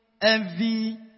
envy